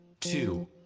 two